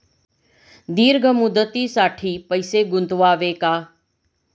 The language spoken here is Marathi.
दीर्घ मुदतीसाठी पैसे गुंतवावे का?